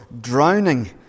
drowning